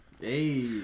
Hey